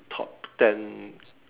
top ten